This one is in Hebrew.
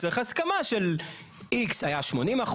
צריך הסכמה של X היה 80%,